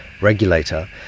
regulator